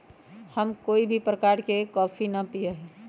हम कोई भी प्रकार के कॉफी ना पीया ही